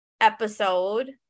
episode